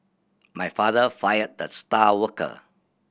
my father fired the star worker